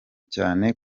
cyane